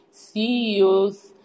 CEOs